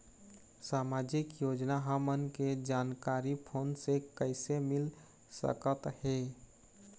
सामाजिक योजना हमन के जानकारी फोन से कइसे मिल सकत हे?